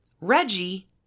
Reggie